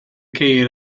ceir